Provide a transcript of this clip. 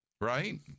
right